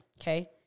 okay